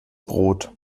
brot